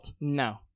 No